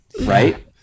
Right